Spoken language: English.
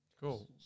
Cool